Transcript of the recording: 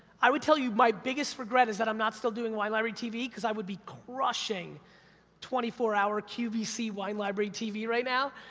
i would tell you my biggest regret is that i'm not still doing wine library tv, cause i would be crushing twenty four hour qvc wine library tv right now,